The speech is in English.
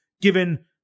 given